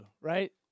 right